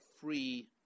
free